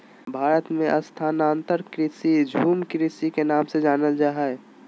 भारत मे स्थानांतरण कृषि, झूम कृषि के नाम से जानल जा हय